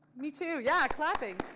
me too, yeah clapping.